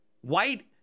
white